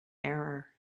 error